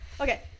okay